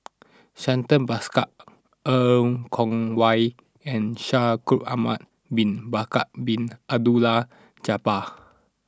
Santha Bhaskar Er Kwong Wah and Shaikh Ahmad Bin Bakar Bin Abdullah Jabbar